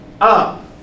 up